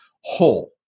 whole